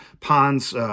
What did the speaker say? ponds